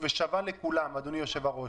ושווה לכולם, אדוני היושב-ראש.